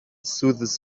soothes